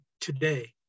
today